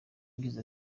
yagize